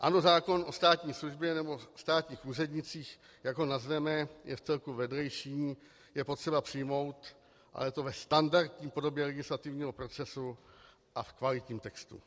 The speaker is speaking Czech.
Ano, zákon o státní službě, nebo o státních úřednících, jak ho nazveme, je vcelku vedlejší, je potřeba přijmout, ale to ve standardní podobě legislativního procesu a v kvalitním textu.